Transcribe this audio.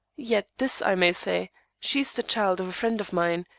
yet this i may say she is the child of a friend of mine,